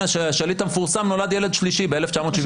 שליט המפורסם נולד ילד שלישי ב-1972.